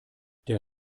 der